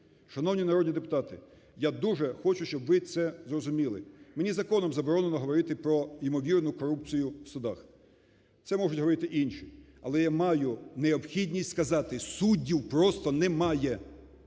Шановні народні депутати, я дуже хочу, щоб ви це зрозуміли. Мені законом заборонено говорити про ймовірну корупцію в судах, це можуть говорити інші. Але я маю необхідність сказати: суддів просто немає.